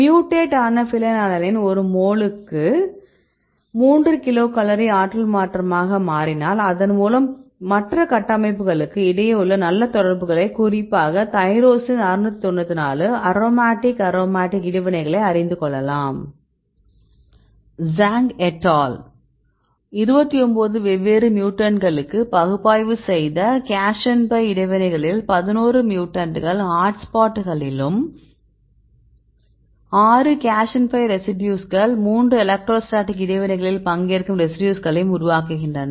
mutate ஆன phenylalanine ஒரு மோலுக்கு 3 கிலோகலோரி ஆற்றல் மாற்றமாக மாறினால் அதன் மூலம் மற்ற கட்டமைப்புகளுக்கு இடையே உள்ள நல்ல தொடர்புகளை குறிப்பாக தைரோசின் 694 அரோமேட்டிக் அரோமேட்டிக் இடை வினைகளை அறிந்து கொள்ளலாம் ஜாங் எட் ஆல் 29 வெவ்வேறு மியூடன்ட்களுக்கு பகுப்பாய்வு செய்த கேஷன் பை இடைவினைகளில் 11 மியூடன்ட்கள் ஹாட்ஸ்பாட்களிலும் 6 கேஷன் பை ரெசிடியூஸ்களையும் 3 எலக்ட்ரோஸ்டாட்டிக் இடைவினைகளில் பங்கேற்கும் ரெசிடியூஸ்களையும் உருவாக்குகின்றன